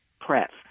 press